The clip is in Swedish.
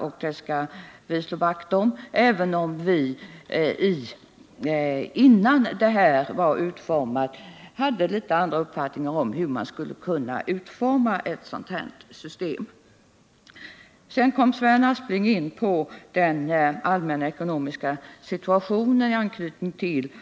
Vi vill slå vakt om det, även om vi innan systemet var fastlagt hade en något annorlunda uppfattning om hur Sedan kom Sven Aspling in på den allmänna ekonomiska situationen i anknytning till